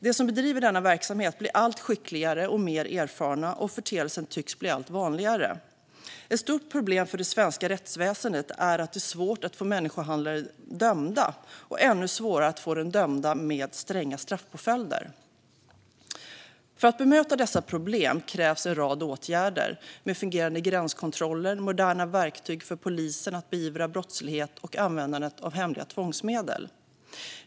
De som bedriver denna verksamhet blir allt skickligare och mer erfarna, och företeelsen tycks bli allt vanligare. Ett stort problem för det svenska rättsväsendet är att det är svårt att få människohandlare dömda och ännu svårare att få dem dömda med stränga straffpåföljder. För att bemöta dessa problem krävs en rad åtgärder, som fungerande gränskontroller, moderna verktyg för polisen att beivra brottslighet och användande av hemliga tvångsmedel.